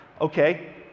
Okay